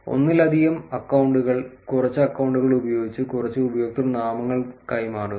ഒന്നിലധികം അക്കൌണ്ടുകൾ കുറച്ച് അക്കൌണ്ടുകൾ ഉപയോഗിച്ച് കുറച്ച് ഉപയോക്തൃനാമങ്ങൾ കൈമാറുക